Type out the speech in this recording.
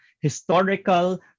historical